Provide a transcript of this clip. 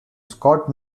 scott